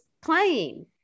playing